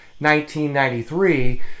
1993